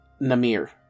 Namir